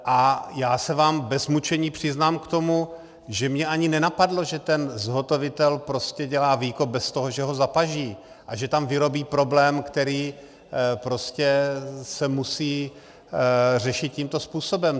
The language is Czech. A já se vám bez mučení přiznám k tomu, že mě ani nenapadlo, že ten zhotovitel prostě dělá výkop bez toho, že ho zapaží, a že tam vyrobí problém, který se musí řešit tímto způsobem.